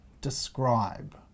describe